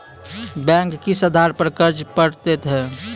Bank किस आधार पर कर्ज पड़तैत हैं?